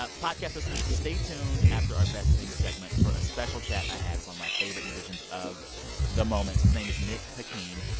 ah podcast listeners, stay tuned after our best things segment for a special chat i had one of my favorite musicians of the moment. his name is nick hakim.